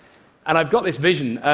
and i've got this vision.